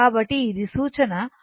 కాబట్టి ఇది సూచన 5√ 2